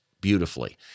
beautifully